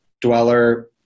dweller